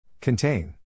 Contain